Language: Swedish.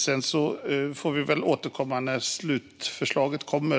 Vi får väl återkomma när slutförslaget kommer.